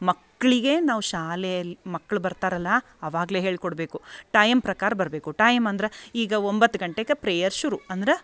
ಮಕ್ಕಳಿಗೆ ನಾವು ಶಾಲೆಯಲ್ಲಿ ಮಕ್ಳು ಬರ್ತಾರಲ್ಲ ಅವಾಗಲೆ ಹೇಳ್ಕೊಡಬೇಕು ಟೈಮ್ ಪ್ರಕಾರ ಬರಬೇ ಅಂದ್ರ ಈಗ ಒಂಬತ್ತು ಗಂಟೆಗ ಪ್ರೇಯರ್ ಶುರು ಅಂದ್ರೆ